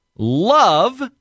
Love